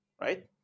right